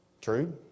True